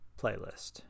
playlist